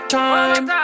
time